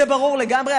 זה ברור לגמרי,